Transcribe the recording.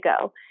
go